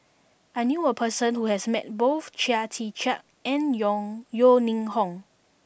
I knew a person who has met both Chia Tee Chiak and Yeo Ning Hong